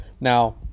Now